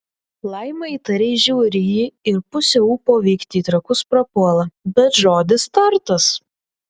laima įtariai žiūri į jį ir pusė ūpo vykti į trakus prapuola bet žodis tartas